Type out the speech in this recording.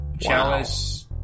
Chalice